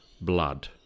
blood